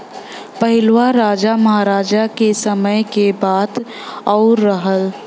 पहिलवा राजा महराजा के समय क बात आउर रहल